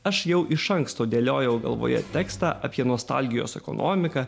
aš jau iš anksto dėliojau galvoje tekstą apie nostalgijos ekonomiką